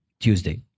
Tuesday